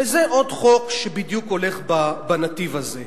וזה עוד חוק שהולך בדיוק בנתיב הזה.